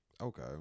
Okay